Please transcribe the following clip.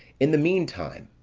in the mean time,